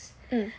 mm